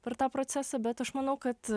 per tą procesą bet aš manau kad